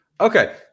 Okay